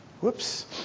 Whoops